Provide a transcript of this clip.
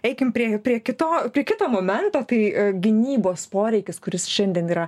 eikim prie prie kito prie kito momento tai gynybos poreikis kuris šiandien yra